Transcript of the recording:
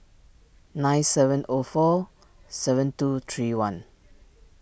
nine seven O four seven two three one